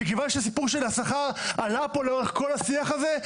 מכיוון שהסיפור של השכר עלה פה לאורך כל השיח הזה,